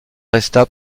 resta